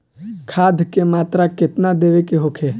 खाध के मात्रा केतना देवे के होखे?